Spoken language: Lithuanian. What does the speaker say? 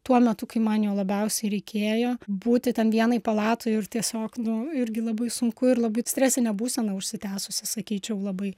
tuo metu kai man jo labiausiai reikėjo būti ten vienai palatoj ir tiesiog nu irgi labai sunku ir labai stresinė būsena užsitęsusi sakyčiau labai